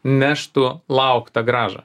neštų lauktą grąžą